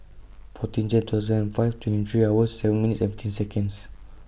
fourteen Jane two thousand five twenty three hours seven minute fifteen Seconds